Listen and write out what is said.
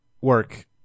work